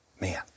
Man